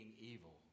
evil